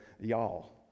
y'all